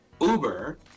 Uber